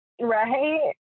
Right